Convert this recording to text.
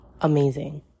amazing